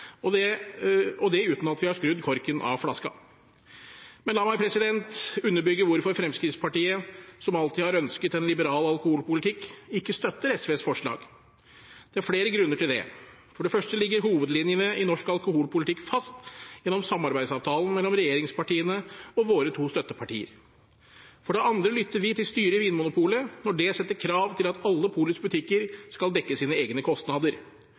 er nesten forvirrende, og det uten at vi har skrudd korken av flasken. Men la meg underbygge hvorfor Fremskrittspartiet, som alltid har ønsket en liberal alkoholpolitikk, ikke støtter SVs forslag. Det er flere grunner til det. For det første ligger hovedlinjene i norsk alkoholpolitikk fast gjennom samarbeidsavtalen mellom regjeringspartiene og våre to støttepartier. For det andre lytter vi til styret i Vinmonopolet når det setter krav til at alle polets butikker skal dekke sine egne kostnader.